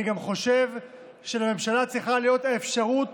אני גם חושב שלממשלה צריכה להיות אפשרות